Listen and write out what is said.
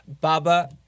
Baba